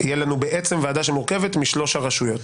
ותהיה לנו בעצם ועדה שמורכבת משלוש הרשויות